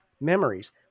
Memories